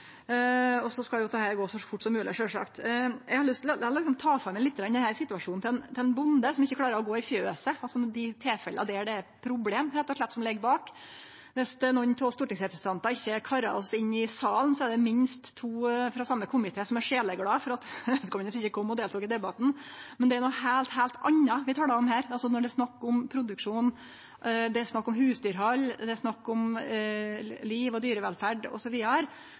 Så skal dette sjølvsagt gå så fort som mogleg. Eg har lyst til å ta for meg situasjonen til ein bonde som ikkje klarer å gå i fjøset, altså dei tilfella der det rett og slett er problem som ligg bak. Viss nokon av oss stortingsrepresentantar ikkje karar oss inn i salen, er det minst to frå den same komiteen som er sjeleglade for at vedkomande ikkje kom og deltok i debatten, men det er noko heilt anna vi talar om her. Når det er snakk om produksjon, husdyrhald, liv og dyrevelferd, osv., seier det seg sjølv at det er ei så enormt mykje større rekkjevidde på det når det går gale. Det er